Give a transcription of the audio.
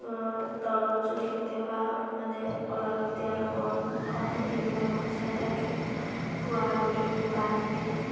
তলত যদি কেতিয়াবা মানে অলাগতিয়াল বন হয় এইবিলাক গুচাই থাকে পুৱা গধূলি পানী দিয়ে